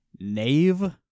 Nave